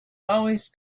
always